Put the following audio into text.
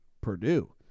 Purdue